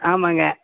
ஆமாம்ங்க